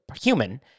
human